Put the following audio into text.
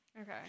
Okay